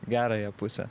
gerąją pusę